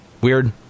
Weird